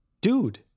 dude